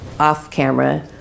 off-camera